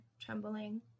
trembling